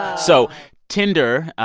so tinder,